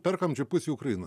perkam džipus į ukrainą